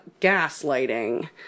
gaslighting